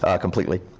completely